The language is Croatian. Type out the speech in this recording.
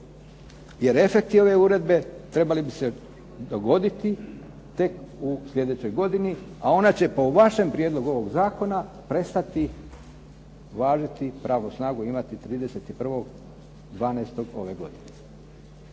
Jer efekti ove uredbe trebali bi se dogoditi tek sljedeće godine, a ona će po vašem prijedlogu ovog zakona, prestati važiti i pravu snagu imati 31. 12. ove godine.